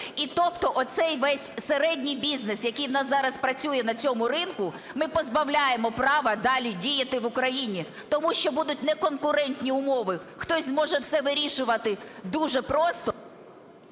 І тобто оцей весь середній бізнес, який у нас зараз працює на цьому ринку, ми позбавляємо права далі діяти в Україні. Тому що будуть неконкурентні умови. Хтось зможе все вирішувати дуже просто…